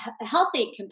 healthy